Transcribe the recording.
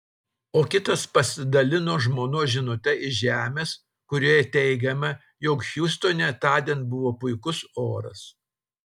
o kitas pasidalino žmonos žinute iš žemės kurioje teigiama jog hjustone tądien buvo puikus oras